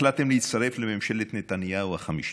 החלטתם להצטרף לממשלת נתניהו החמישית.